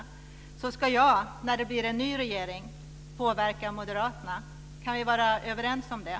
Då ska jag när det blir en ny regering påverka Moderaterna. Kan vi vara överens om det?